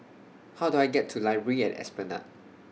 How Do I get to Library At Esplanade